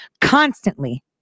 Constantly